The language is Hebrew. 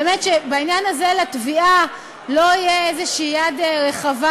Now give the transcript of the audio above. שבעניין הזה לתביעה לא תהיה יד רחבה